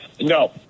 No